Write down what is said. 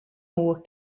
nhw